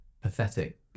pathetic